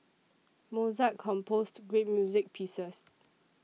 Mozart composed great music pieces